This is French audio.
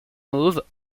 mauves